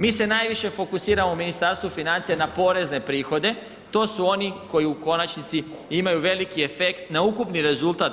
Mi se najviše fokusiramo u Ministarstvu financija na porezne prihode, to su oni koji u konačnici imaju veliki efekt na ukupni rezultat